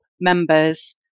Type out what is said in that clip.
members